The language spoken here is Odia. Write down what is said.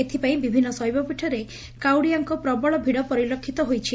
ଏଥିପାଇଁ ବିଭିନ୍ ଶେବପୀଠରେ କାଉଡ଼ିଆଙ୍କ ପ୍ରବଳ ଭିଡ଼ ପରିଲକ୍ଷିତ ହୋଇଛି